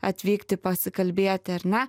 atvykti pasikalbėti ar ne